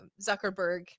zuckerberg